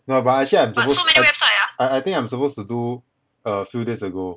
yeah but actually I'm suppose I I I think I'm supposed to do err few days ago